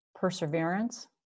perseverance